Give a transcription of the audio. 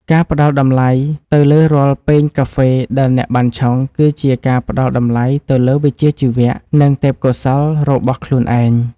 ការផ្តល់តម្លៃទៅលើរាល់ពែងកាហ្វេដែលអ្នកបានឆុង គឺជាការផ្តល់តម្លៃទៅលើវិជ្ជាជីវៈ និងទេពកោសល្យរបស់ខ្លួនឯង។